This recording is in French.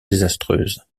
désastreuse